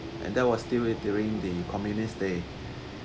and that was still during the communist day